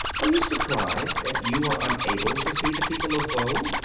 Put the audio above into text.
are you surprised that you are unable to see the people of voe?